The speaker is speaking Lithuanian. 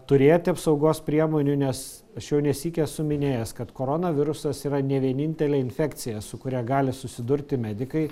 turėti apsaugos priemonių nes aš jau nesykį esu minėjęs kad koronavirusas yra ne vienintelė infekcija su kuria gali susidurti medikai